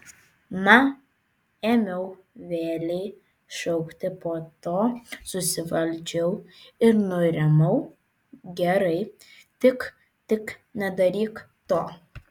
na ėmiau vėlei šaukti po to susivaldžiau ir nurimau gerai tik tik nedaryk to